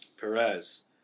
Perez